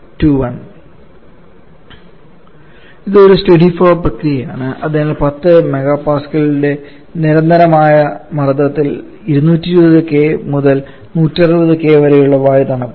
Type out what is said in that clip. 21 ഇത് ഒരു steady flow പ്രക്രിയയാണ് അതിനാൽ 10 MPa യുടെ നിരന്തരമായ മർദ്ദത്തിൽ 220 K മുതൽ 160 K വരെ വായു തണുക്കുന്നു